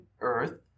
earth